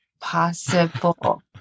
possible